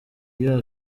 iyo